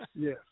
yes